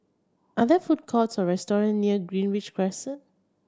are there food courts or restaurant near Greenridge Crescent